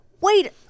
Wait